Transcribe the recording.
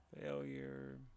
failure